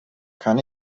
kann